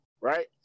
right